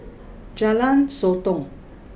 Jalan Sotong